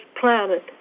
planet